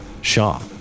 Shaw